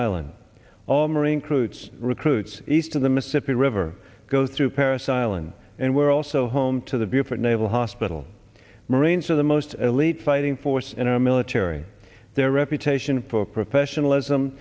island all marine kreutz recruits east of the mississippi river go through parris island and we're also home to the buford naval hospital marines are the most elite fighting force in our military their reputation for professionalism